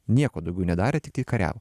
nieko daugiau nedarė tiktai kariavo